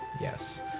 yes